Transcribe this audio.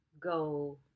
go